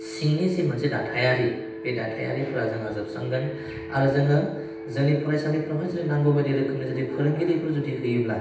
सिंनि जे मोनसे दाथायारि बे दाथायारिफोरा जोंहा जोबस्रांगोन आरो जोङो जोंनि फरायसालिफ्रावहाय जोंनि नांगौ बायदि रोखोमनि जुदि फोरोंगिरिफोर जुदि होयोब्ला